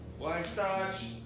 why, sarge,